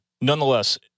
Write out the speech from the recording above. Nonetheless